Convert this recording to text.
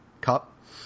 Cup